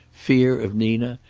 fear of nina,